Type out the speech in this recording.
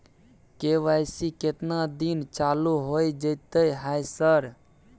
KYC केतना दिन चालू होय जेतै है सर?